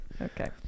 okay